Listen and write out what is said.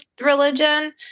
religion